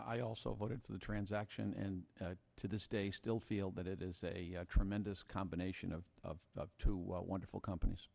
i also voted for the transaction and to this day still feel that it is a tremendous combination of the two what wonderful companies